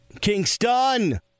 Kingston